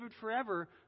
forever